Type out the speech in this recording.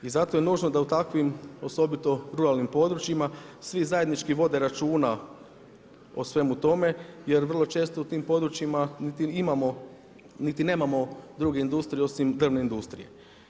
I zato je nužno da u takvim osobito ruralnim područjima svi zajednički vode računa o svemu tome, jer vrlo često u tim područjima niti imamo, niti nemamo druge industrije osim drvne industrije.